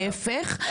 להיפך,